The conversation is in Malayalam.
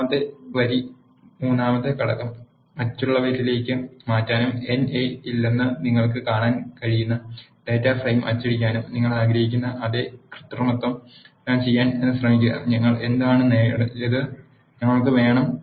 മൂന്നാമത്തെ വരി മൂന്നാമത്തെ ഘടകം മറ്റുള്ളവരിലേക്ക് മാറ്റാനും എൻ എ ഇല്ലെന്ന് നിങ്ങൾക്ക് കാണാൻ കഴിയുന്ന ഡാറ്റ ഫ്രെയിം അച്ചടിക്കാനും നിങ്ങൾ ആഗ്രഹിക്കുന്ന അതേ കൃത്രിമത്വം ചെയ്യാൻ ശ്രമിക്കുക ഞങ്ങൾ എന്താണ് നേടിയത് ഞങ്ങൾക്ക് വേണം